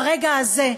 ברגע הזה,